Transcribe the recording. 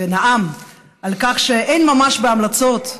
ונאם על כך שאין ממש בהמלצות,